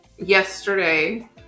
Yesterday